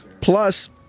Plus